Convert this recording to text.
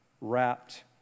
wrapped